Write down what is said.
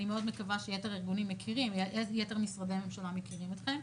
אני מאוד מקווה שיתר משרדי הממשלה מכירים אתכם.